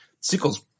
sequel's